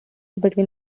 between